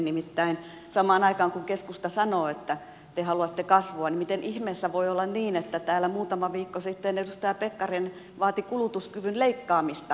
nimittäin samaan aikaan kun keskusta sanoo että te haluatte kasvua niin miten ihmeessä voi olla niin että täällä muutama viikko sitten edustaja pekkarinen vaati kulutuskyvyn leikkaamista